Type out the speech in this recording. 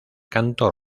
canto